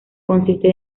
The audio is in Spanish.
consiste